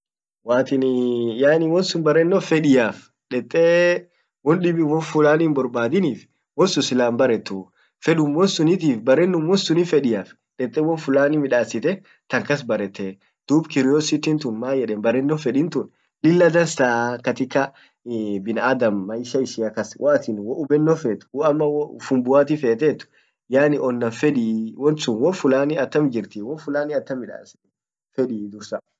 waatin yaani won sun barrenno fediaf dete won dibi won fulani himborbadini won sun sila himbarretuu fedum won sunitif barrenum won suni fediaf dette won fulani midassite tankas barete dub curiositin tun man yeden barenno fedin tun lilla dansaa katika binaadam maisha ishia kas waat wohubbeno fet woamma wofumbuati fet yaani onnan fedii won sun won fulani atam jirti won fulani atam midassen fedii dursa.